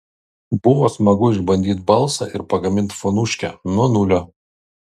buvo smagu išbandyt balsą ir pagamint fonuškę nuo nulio